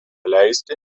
leisti